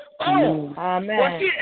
Amen